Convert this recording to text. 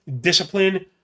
discipline